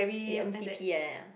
eh m_c_p like that ah